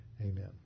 amen